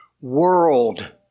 world